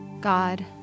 God